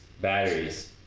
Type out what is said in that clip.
batteries